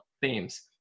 themes